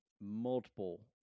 multiple